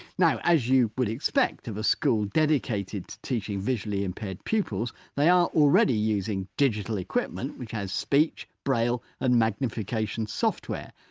now as you would expect of a school dedicated to teaching visually-impaired pupils pupils they are already using digital equipment, which has speech, braille and magnification software.